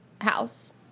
house